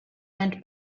went